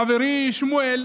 חברי שמואל